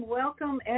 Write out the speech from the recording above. welcome